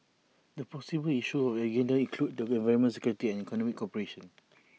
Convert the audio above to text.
the possible issues on the agenda include the environment security and economic cooperation